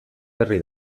berri